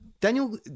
Daniel